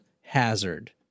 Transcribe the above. Hazard